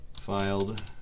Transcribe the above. Filed